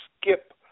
skip